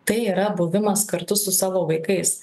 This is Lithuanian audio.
tai yra buvimas kartu su savo vaikais